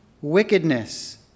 wickedness